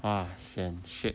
!wah! sian shit